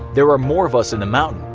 there are more of us in the mountain.